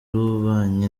w’ububanyi